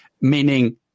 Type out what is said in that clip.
meaning